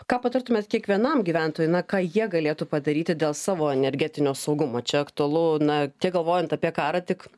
ką patartumėt kiekvienam gyventojui na ką jie galėtų padaryti dėl savo energetinio saugumo čia aktualu na tiek galvojant apie karą tik